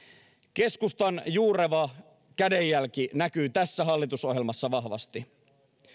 keskustan juureva kädenjälki näkyy tässä hallitusohjelmassa vahvasti